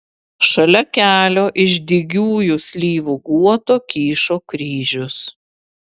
šalia kelio iš dygiųjų slyvų guoto kyšo kryžius